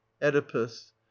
oedipus